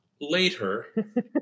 Later